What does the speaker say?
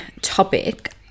topic